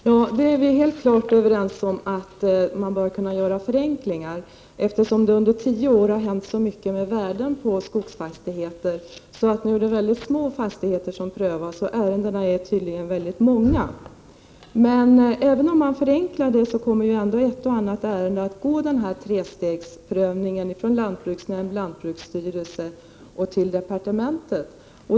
Herr talman! Vi är helt klart överens om att man bör kunna göra förenklingar. Det har under tio år hänt så pass mycket med värdena på skogsfastigheter att också förvärv av mycket små fastigheter prövas nu. Ärendena är tydligen många. Även om förenklingar sker kommer ett och annat ärende att genomgå denna prövning i tre steg: från lantbruksnämnden till lantbruksstyrelsen och vidare till departementet.